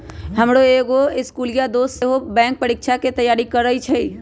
हमर एगो इस्कुलिया दोस सेहो बैंकेँ परीकछाके तैयारी करइ छइ